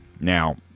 Now